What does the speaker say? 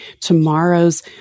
tomorrow's